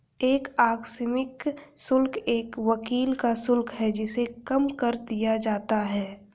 एक आकस्मिक शुल्क एक वकील का शुल्क है जिसे कम कर दिया जाता है